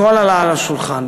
הכול עלה על השולחן.